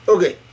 Okay